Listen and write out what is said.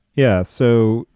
yeah. so,